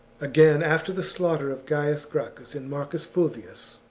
again, after the slaughter of gaius gracchus and marcus fulvius,